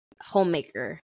homemaker